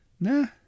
Nah